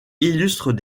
illustre